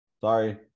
Sorry